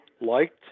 liked